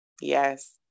Yes